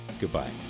Goodbye